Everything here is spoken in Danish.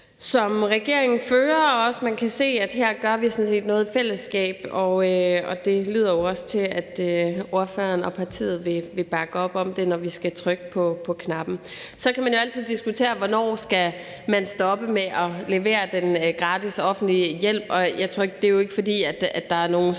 som regeringen fører, og også, at man her kan se, at vi sådan set gør noget i fællesskab. Og det lyder jo også til, at ordføreren og hendes parti vil bakke op om det, når vi skal trykke på knappen. Så kan man jo altid diskutere, hvornår man skal stoppe med at levere den gratis, offentlige hjælp. Det er jo ikke, fordi der er nogen sådan